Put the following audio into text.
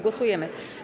Głosujemy.